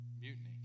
Mutiny